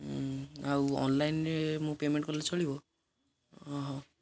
ଆଉ ଅନ୍ଲାଇନ୍ରେ ମୁଁ ପେମେଣ୍ଟ୍ କଲେ ଚଳିବ ହଁ ହଉ